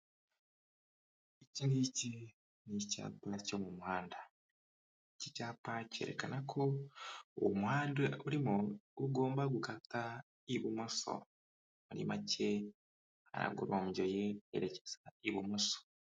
Iki ngiki ni icyapa cyo mu muhanda, iki cyapa cyerekana ko uwo muhanda urimo ugomba gukata ibumoso muri macye haragorombyoye herekeza ibumoso.